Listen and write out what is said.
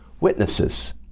witnesses